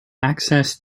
access